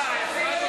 הפשרה,